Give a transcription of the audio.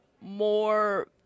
more